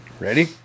Ready